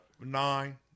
Nine